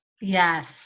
Yes